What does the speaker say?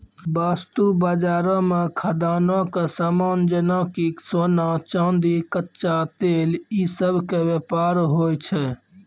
वस्तु बजारो मे खदानो के समान जेना कि सोना, चांदी, कच्चा तेल इ सभ के व्यापार होय छै